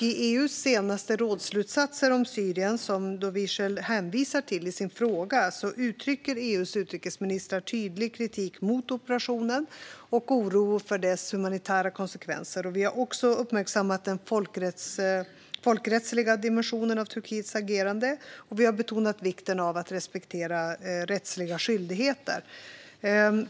I EU:s senaste rådsslutsatser om Syrien, som Wiechel hänvisar till i sin interpellation, uttrycker EU:s utrikesministrar tydlig kritik mot operationen och oro för dess humanitära konsekvenser. Vi har också uppmärksammat den folkrättsliga dimensionen av Turkiets agerande, och vi har betonat vikten av att respektera rättsliga skyldigheter.